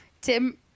Tim